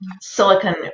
silicon